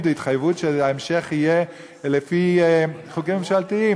התחייבות שההמשך יהיה לפי חוקים ממשלתיים.